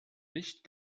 nicht